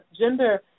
gender